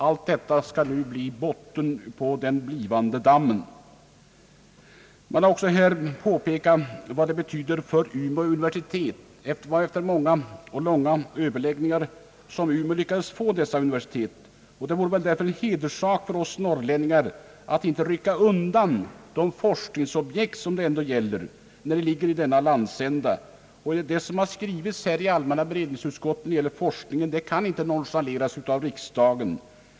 Allt detta skall nu bli botten på den blivande dammen. Det har också här påpekats vad denna fråga betyder för Umeå universitet. Det var efter många och långa överläggningar som Umeå lyckades få detta universitet, och det vore väl därför en hederssak för oss norrlänningar att inte rycka undan grunden för den forskning som det ändå här gäller i denna landsända. Vad som har skrivits i allmänna beredningsutskottets utlåtande i fråga om forskningen kan inte nonchaleras av riksdagen.